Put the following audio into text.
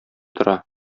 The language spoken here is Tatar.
тора